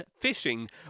fishing